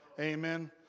Amen